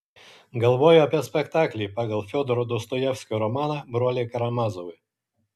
galvoju apie spektaklį pagal fiodoro dostojevskio romaną broliai karamazovai